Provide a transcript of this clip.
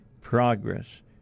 progress